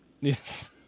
yes